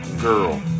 girl